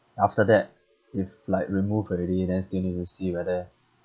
after that if like remove already then still need to see whether